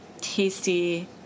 tasty